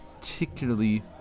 particularly